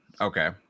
okay